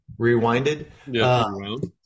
Rewinded